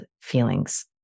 feelings